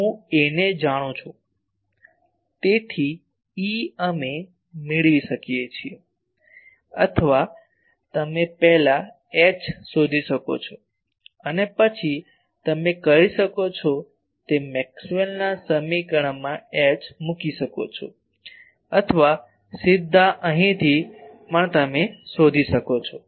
તેથી હું A ને જાણું છું તેથી E અમે મેળવી શકીએ છીએ અથવા તમે પહેલા H શોધી શકો છો અને પછી તમે કરી શકો છો તે મેક્સવેલના સમીકરણમાં H મૂકી શકો છો અથવા સીધા અહીંથી પણ તમે શોધી શકો છો